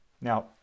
Now